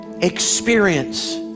experience